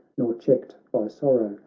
nor checked by sorrow,